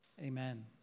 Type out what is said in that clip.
Amen